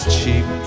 cheap